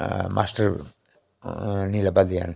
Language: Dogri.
माश्टर नी लब्भै दे हैन